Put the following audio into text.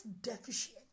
deficient